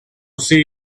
see